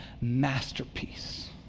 masterpiece